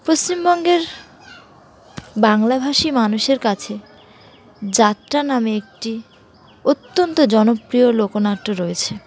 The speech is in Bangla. পশ্চিমবঙ্গের বাংলাভাষী মানুষের কাছে যাত্রা নামে একটি অত্যন্ত জনপ্রিয় লোকনাট্য রয়েছে